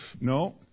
No